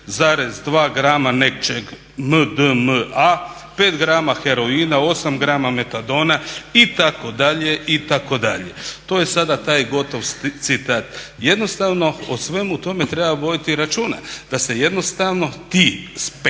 grama nečeg MDMA, 5 grama heroina, 8 grama metadona itd. to je sada taj gotov citat. Jednostavno o svemu tome treba voditi računa da se jednostavno ti "spektakli"